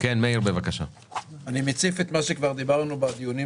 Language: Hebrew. אני מציף את מה שכבר דיברנו בדיונים